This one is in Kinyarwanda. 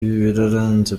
birarenze